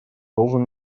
должен